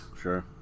Sure